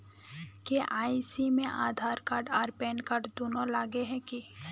KYC में Aadhaar card आर PAN card दुनू लगे है की?